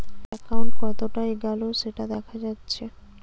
account কতোটা এগাল সেটা দেখা যাচ্ছে